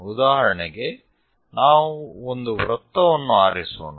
ಉದಾಹರಣೆಗೆ ನಾವು ಒಂದು ವೃತ್ತವನ್ನು ಆರಿಸೋಣ